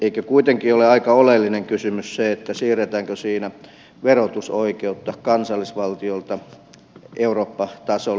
eikö kuitenkin ole aika oleellinen kysymys se siirretäänkö siinä verotusoikeutta kansallisvaltioilta eurooppa tasolle